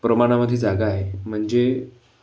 प्रमाणामध्ये जागा आहे म्हणजे